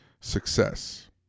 success